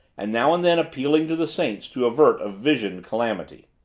and now and then appealing to the saints to avert a visioned calamity.